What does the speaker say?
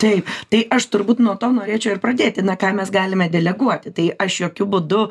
taip tai aš turbūt nuo to norėčiau ir pradėti na ką mes galime deleguoti tai aš jokiu būdu